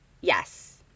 Yes